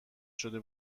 شده